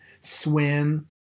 swim